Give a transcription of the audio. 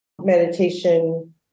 meditation